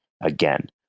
again